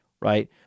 right